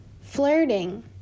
Flirting